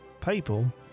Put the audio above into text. people